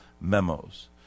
memos